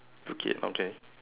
okay okay